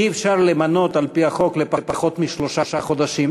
אי-אפשר למנות על-פי החוק לפחות משלושה חודשים.